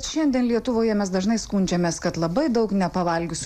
šiandien lietuvoje mes dažnai skundžiamės kad labai daug nepavalgius